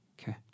Okay